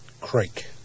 Creek